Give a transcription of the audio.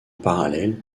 parallèle